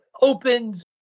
opens